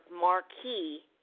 marquee